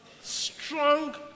Strong